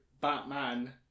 Batman